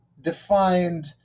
defined